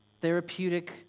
therapeutic